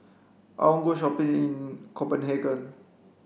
I want go shopping in Copenhagen